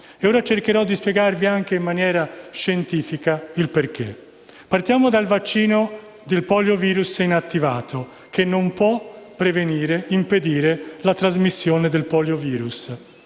Ora cercherò di spiegarvi in maniera scientifica il perché. Partiamo dal vaccino del poliovirus inattivato, che non può impedire la trasmissione del poliovirus.